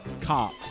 cop